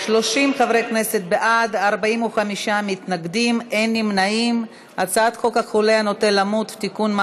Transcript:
להסיר מסדר-היום את הצעת חוק החולה הנוטה למות (תיקון,